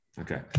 Okay